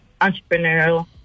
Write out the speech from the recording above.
entrepreneurial